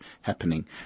happening